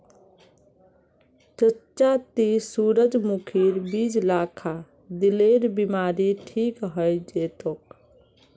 चच्चा ती सूरजमुखीर बीज ला खा, दिलेर बीमारी ठीक हइ जै तोक